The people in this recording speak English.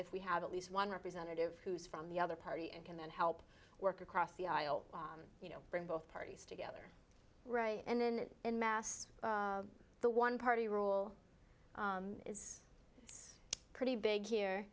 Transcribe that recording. if we have at least one representative who is from the other party and can then help work across the aisle you know bring both parties together right and then in mass the one party rule is pretty big here